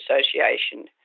Association